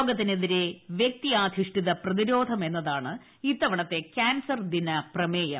രോഗത്തിനെതിരെ വൃക്താധിഷ്ഠിത പ്രതിരോധം എന്നതാണ് ഇത്തവണത്തെ കാൻസർ ദിന പ്രമേയം